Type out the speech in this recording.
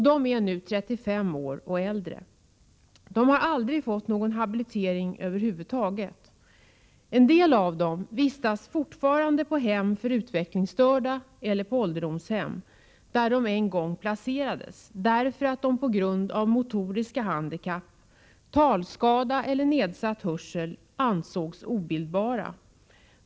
De är nu 35 år och äldre. De har aldrig fått någon habilitering över huvud taget. En del av dem vistas fortfarande på hem för utvecklingsstörda eller på ålderdomshem, där de en gång placerades, därför att de på grund av motoriska handikapp, talskada eller nedsatt hörsel ansågs obildbara.